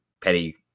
Petty